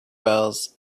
wells